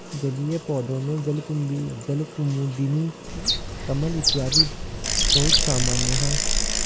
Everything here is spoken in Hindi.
जलीय पौधों में जलकुम्भी, जलकुमुदिनी, कमल इत्यादि बहुत सामान्य है